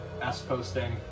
s-posting